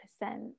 percent